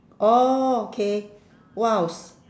orh okay !wow!